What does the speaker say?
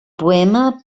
poema